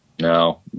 No